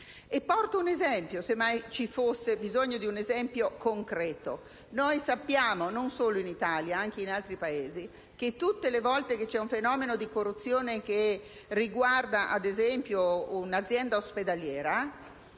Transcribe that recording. Porto un esempio, se mai ci fosse bisogno di un esempio concreto. Noi sappiamo, non solo in Italia ma anche in altri Paesi, che tutte le volte che c'è un fenomeno di corruzione che riguarda ad esempio un'azienda ospedaliera,